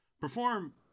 perform